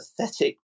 pathetic